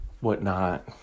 whatnot